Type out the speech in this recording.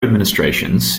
administrations